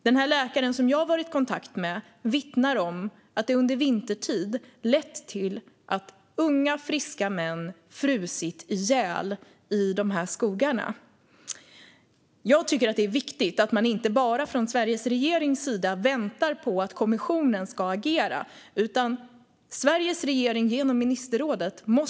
Den läkare som jag varit i kontakt med vittnar om att det under vintertid lett till att unga, friska män frusit ihjäl i de här skogarna. Jag tycker att det är viktigt att man från Sveriges regerings sida inte bara väntar på att kommissionen ska agera med anledning av de här allvarliga kränkningarna.